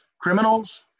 criminals